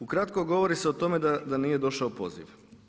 Ukratko govori se o tome da nije došao poziv.